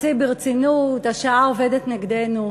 חצי ברצינות, השעה עובדת נגדנו,